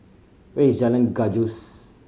where is Jalan Gajus